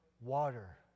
water